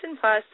Plus